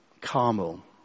Carmel